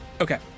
Okay